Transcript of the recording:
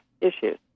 issues